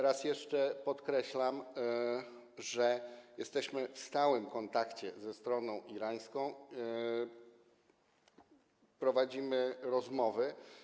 Raz jeszcze podkreślam, że jesteśmy w stałym kontakcie ze stroną irańską, prowadzimy rozmowy.